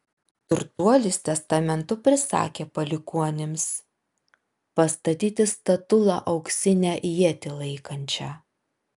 turtuolis testamentu prisakė palikuonims pastatyti statulą auksinę ietį laikančią